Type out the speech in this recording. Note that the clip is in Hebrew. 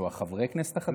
חברי הכנסת החדשים?